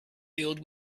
filled